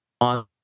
on